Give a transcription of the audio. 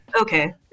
Okay